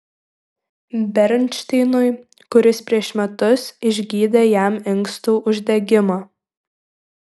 bernšteinui kuris prieš metus išgydė jam inkstų uždegimą